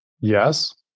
Yes